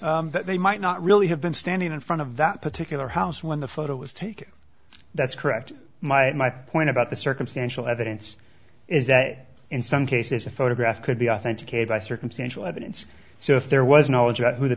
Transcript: they might not really have been standing in front of that particular house when the photo was taken that's correct my my point about the circumstantial evidence is that in some cases a photograph could be authenticated by circumstantial evidence so if there was no doubt who the